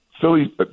Philly